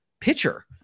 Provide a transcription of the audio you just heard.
pitcher